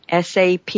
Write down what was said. SAP